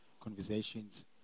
conversations